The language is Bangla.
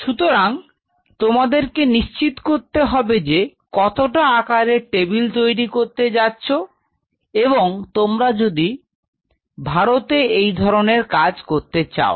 সুতরাং তোমাদেরকে নিশ্চিত করতে হবে যে কতটা আকারের টেবিল তৈরি করতে যাচ্ছ এবং তোমরা যদি ভারতে এই কাজ করতে চাও